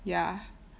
ya